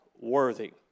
worthy